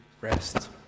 rest